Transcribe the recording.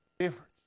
Difference